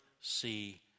see